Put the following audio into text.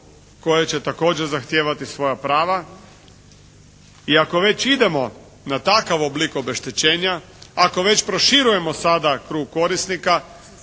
koje će također zahtijevati svoja prava i ako već idemo na takav oblik obeštećenja, ako već proširujemo sada krug korisnika,